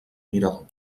mirador